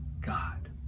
God